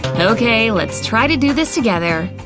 okay, let's try to do this together.